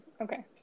Okay